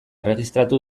erregistratu